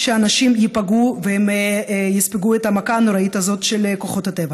שאנשים ייפגעו ויספגו את המכה הנוראית הזאת של כוחות הטבע.